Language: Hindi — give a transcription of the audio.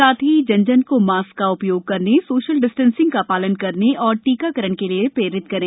साथ ही जन जन को मास्क का उपयोग करने सोशल डिस्टेंसिंग का पालन करने और टीकाकरण के लिए प्रेरित करें